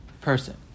person